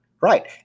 right